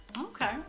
okay